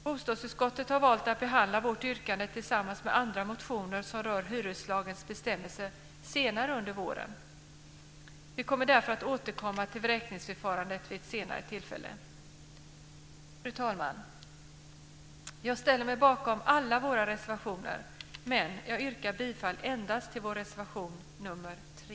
Bostadsutskottet har valt att behandla vårt yrkande tillsammans med andra motioner som rör hyreslagens bestämmelser senare under våren. Vi kommer därför att återkomma till vräkningsförfarandet vid ett senare tillfälle. Fru talman! Jag ställer mig bakom alla våra reservationer men yrkar bifall endast till reservation nr 3.